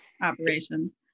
operation